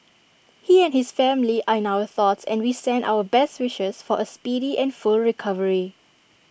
he and his family are in our thoughts and we send our best wishes for A speedy and full recovery